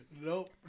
Nope